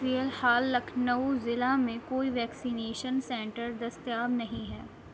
فی الحال لکھنؤ ضلع میں کوئی ویکسینیشن سنٹر دستیاب نہیں ہے